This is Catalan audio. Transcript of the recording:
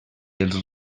els